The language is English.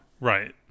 Right